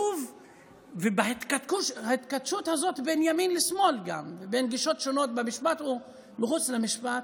וגב בהתכתשות הזאת בין ימין לשמאל ובין גישות שונות במשפט ומחוץ למשפט,